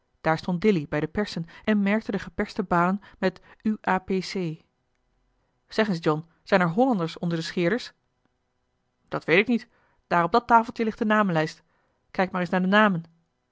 daar stond dilly bij de persen en merkte de geperste balen met u a p c zeg eens john zijn er hollanders onder de scheerders dat weet ik niet daar op dat tafeltje ligt de naamlijst kijk maar eens naar de namen